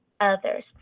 others